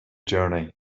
journey